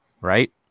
right